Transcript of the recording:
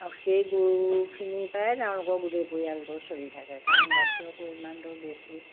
আৰু সেই গৰুখিনিৰপৰাই তেওঁলোকৰ গোটেই পৰিয়ালটো চলি থাকে কাৰণ গাখীৰৰ পৰিমাণটো বেছি